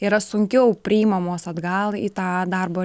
yra sunkiau priimamos atgal į tą darbo